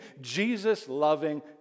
Jesus-loving